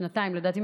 לדעתי,